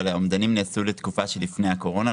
אבל האומדנים נעשו בתקופה שלפני הקורונה,